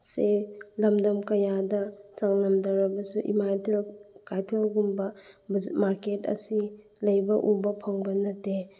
ꯁꯦ ꯂꯝꯗꯝ ꯀꯌꯥꯗ ꯆꯥꯡꯗꯝꯅꯔꯕꯁꯨ ꯏꯃꯥ ꯀꯩꯊꯦꯜꯒꯨꯝꯕ ꯃꯥꯔꯀꯦꯠ ꯑꯁꯤ ꯂꯩꯕ ꯎꯕ ꯐꯪꯕ ꯅꯠꯇꯦ